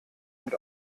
und